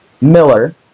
Miller